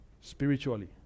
spiritually